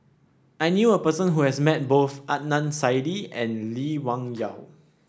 I knew a person who has met both Adnan Saidi and Lee Wung Yew